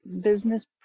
business